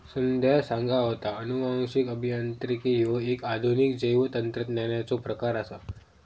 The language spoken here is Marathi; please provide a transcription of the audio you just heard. संध्या सांगा होता, अनुवांशिक अभियांत्रिकी ह्यो एक आधुनिक जैवतंत्रज्ञानाचो प्रकार आसा